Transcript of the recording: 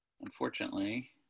Unfortunately